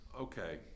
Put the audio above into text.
Okay